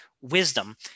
wisdom